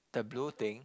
the blue thing